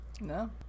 No